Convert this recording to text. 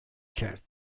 کرد